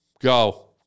Go